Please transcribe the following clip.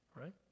right